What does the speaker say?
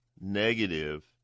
negative